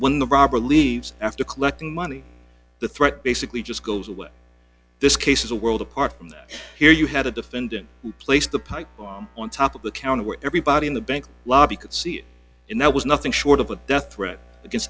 when the robber leaves after collecting money the threat basically just goes away this case is a world apart from that here you had a defendant who placed the pipe on top of the counter where everybody in the bank lobby could see it in that was nothing short of a death threat against